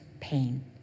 pain